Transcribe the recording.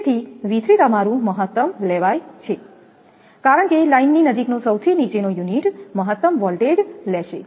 તેથી તમારું મહત્તમ લેવાય છે કારણકે લાઇનની નજીકનો સૌથી નીચે નો યુનિટ મહત્તમ વોલ્ટેજ લેશે